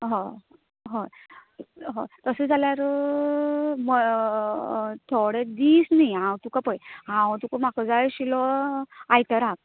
हय हय तशें जाल्यारू थोडे दीस न्ही हांव तुकां पळय हांव तुका पळय म्हकां जाय आशिल्लो आयतरांक पूण